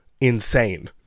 insane